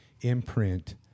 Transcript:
imprint